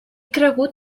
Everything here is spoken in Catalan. cregut